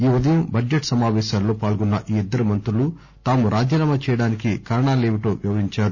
ఈ ఉదయం బడ్జెట్ సమాపేశాల్లో పాల్గొన్న ఈ ఇద్దరు మంత్రులు తాము రాజీనామా చేయడానికి కారణాలేమిటో వివరించారు